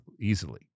easily